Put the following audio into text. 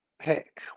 pick